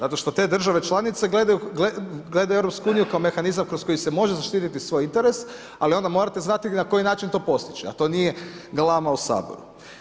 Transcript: Zato što te države članice gledaju EU kao mehanizam kroz koji se može zaštititi svoj interes ali onda morate znati na koji način to postići a to nije galama u Saboru.